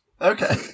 okay